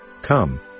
Come